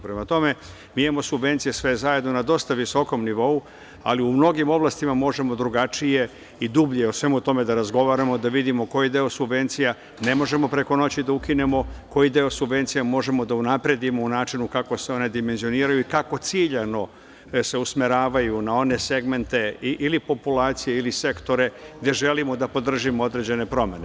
Prema tome, mi imamo subvencije sve zajedno na dosta visokom nivou, ali u mnogim oblastima možemo drugačije i dublje o svemu tome da razgovaramo, da vidimo koji deo subvencija ne možemo preko noći da ukinemo, koji deo subvencija možemo da unapredimo u načinu kako se one dimenzioniraju i kako ciljano da se usmeravaju na one segmente ili populacije ili sektore gde želimo da podržimo određene promene.